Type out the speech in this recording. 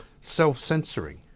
self-censoring